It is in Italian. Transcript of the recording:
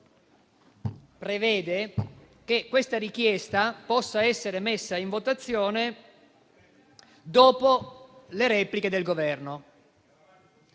prevede che questa richiesta possa essere messa in votazione dopo le repliche del Governo.